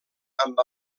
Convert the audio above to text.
amb